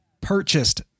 purchased